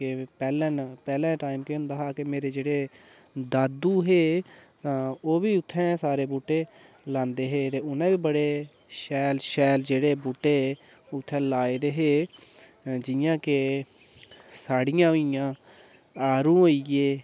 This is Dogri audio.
पैह्लें टाइम केह् होन्दा हा की मेरे जेह्ड़े दादू हे ओह् बी उ'त्थें सारे बूह्टे लांदे हे ते उ'नें बी बड़े शैल शैल जेह्ड़े बुह्टे उ'त्थें लाये दे हे जि'यां के साड़ियां होइयां आरू होइये